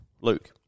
Luke